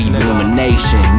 illumination